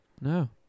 No